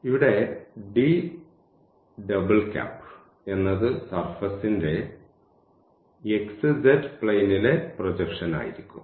ഇവിടെ ഈ എന്നത് സർഫസ്ന്റെ xz പ്ലെയിനിലെ പ്രൊജക്ഷൻ ആയിരിക്കും